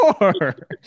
more